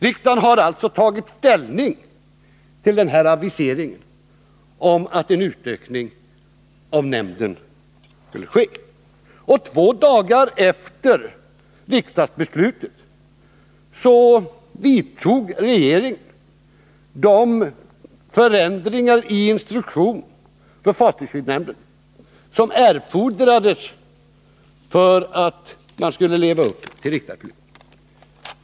Riksdagen har alltså tagit ställning till den här aviseringen om att en utökning av nämnden skulle ske. Och två dagar efter riksdagsbeslutet vidtog regeringen de förändringar i instruktionen för fartygskreditnämnden som erfordrades för att man skulle leva upp till riksdagsbeslutet.